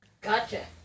Gotcha